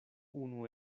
unu